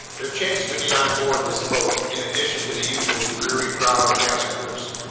there chanced to be on board this boat, in addition to the usual dreary crowd of passengers,